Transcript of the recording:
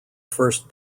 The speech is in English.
first